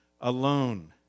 alone